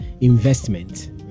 investment